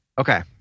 Okay